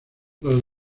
los